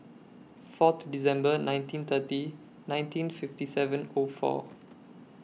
Fourth December nineteen thirty nineteen fifty seven O four